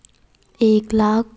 एक लाख